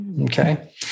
Okay